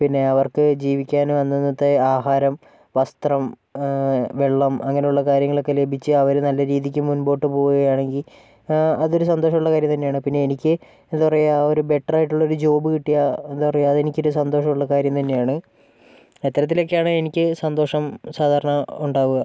പിന്നെ അവർക്ക് ജീവിക്കാനും അന്നന്നത്തെ ആഹാരം വസ്ത്രം വെള്ളം അങ്ങനെയുള്ള കാര്യങ്ങൾ ഒക്കെ ലഭിച്ച് അവര് നല്ല രീതിക്ക് മുൻപോട്ട് പോവുകയാണെങ്കിൽ അതൊരു സന്തോഷമുള്ള കാര്യം തന്നെയാണ് പിന്നേ എനിക്ക് എന്താ പറയുക ഒരു ബെറ്ററായിട്ടുള്ള ഒരു ജോബ് കിട്ടിയാൽ എന്താ പറയുക അത് എനിക്കൊരു സന്തോഷമുള്ള കാര്യം തന്നെയാണ് അത്തരത്തിലൊക്കെയാണ് എനിക്ക് സന്തോഷം സാധാരണ ഉണ്ടാവുക